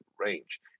range